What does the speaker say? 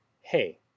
hey